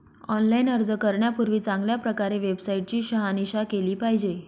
online अर्ज करण्यापूर्वी चांगल्या प्रकारे वेबसाईट ची शहानिशा केली पाहिजे